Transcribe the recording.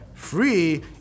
free